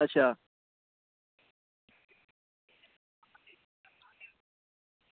अच्छा